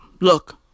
Look